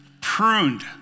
pruned